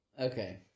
Okay